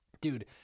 dude